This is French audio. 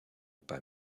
pas